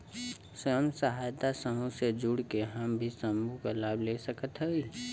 स्वयं सहायता समूह से जुड़ के हम भी समूह क लाभ ले सकत हई?